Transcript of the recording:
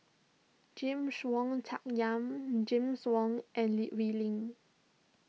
James Wong Tuck Yim James Wong and Lee Wee Lin